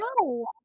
No